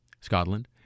Scotland